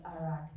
Iraq